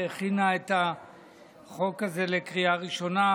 שהכינה את החוק הזה לקריאה ראשונה,